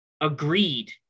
agreed